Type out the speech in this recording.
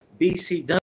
BCW